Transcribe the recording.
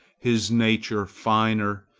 his nature finer,